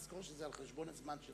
תזכור שזה על-חשבון הזמן שלך.